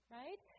right